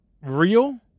real